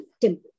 temple